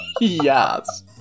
Yes